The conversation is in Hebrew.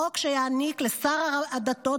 חוק שיעניק לשר הדתות